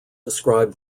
describe